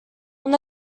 when